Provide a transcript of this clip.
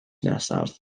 nesaf